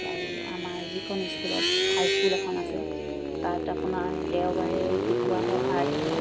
আৰু আমাৰ যিখন স্কুলত হাইস্কুল এখন আছে তাত আপোনাৰ দেওবাৰে শিকোৱা হয় আৰ্ট